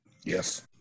yes